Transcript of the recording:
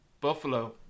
Buffalo